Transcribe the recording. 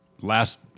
last